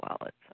wallet